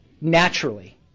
naturally